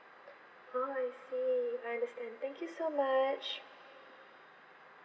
oh I see I understand thank you so much